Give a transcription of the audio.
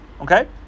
Okay